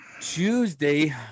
Tuesday